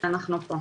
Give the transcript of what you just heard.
אנחנו פה.